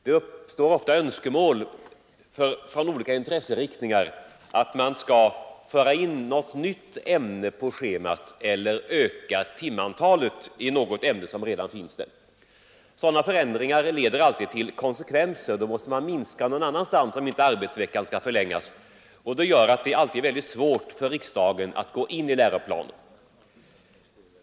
Det framförs ofta önskemål från olika intresseriktningar att få något nytt ämne infört på schemat eller att få timantalet ökat i något ämne som redan finns där. Sådana förändringar leder alltid till konsekvenser; man måste minska timantalet i något annat ämne, om inte arbetsveckan skall förlängas. Detta gör att det alltid är mycket svårt för riksdagen att gå in i läroplaner.